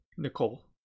Nicole